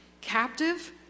captive